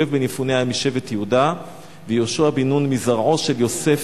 כלב בן יפונה היה משבט יהודה ויהושע בן נון מזרעו של יוסף,